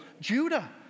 Judah